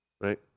right